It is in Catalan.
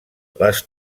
les